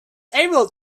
able